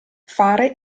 fare